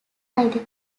either